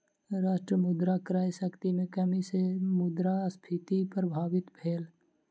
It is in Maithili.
राष्ट्र मुद्रा क्रय शक्ति में कमी सॅ मुद्रास्फीति प्रभावित भेल